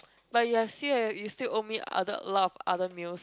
but you are still eh you still owe me a lot of other meals